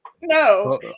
no